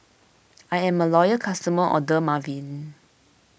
I'm a loyal customer of Dermaveen